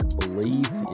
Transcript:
believe